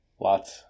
Lots